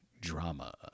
drama